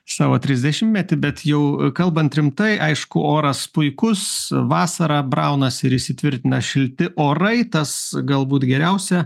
savo trisdešimtmetį bet jau kalbant rimtai aišku oras puikus vasara braunas ir įsitvirtina šilti orai tas galbūt geriausią